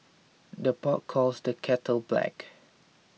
the pot calls the kettle black